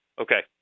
Okay